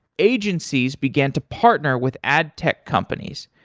agencies began to partner with ad tech companies,